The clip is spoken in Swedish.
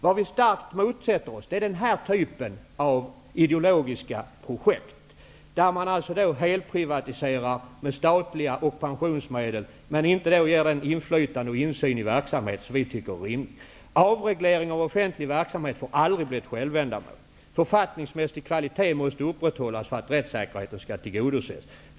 Vad vi starkt motsätter oss är denna typ av ideologiska projekt där man helprivatiserar med statliga medel och pensionsmedel men inte ger den insyn och det inflytande i verksamheten som vi tycker är rimlig. Avreglering av offentlig verksamhet får aldrig bli ett självändamål. Författningsmässig kvalitet måste upprätthållas för att rättssäkerheten skall tillgodoses.